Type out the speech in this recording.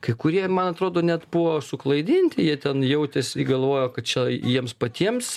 kai kurie man atrodo net buvo suklaidinti jie ten jautėsi galvojo kad čia jiems patiems